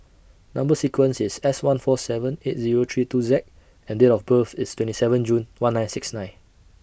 Number sequence IS S one four seven eight Zero three two Z and Date of birth IS twenty seven June one nine six nine